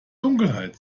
dunkelheit